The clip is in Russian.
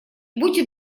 будьте